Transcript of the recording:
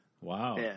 Wow